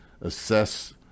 assess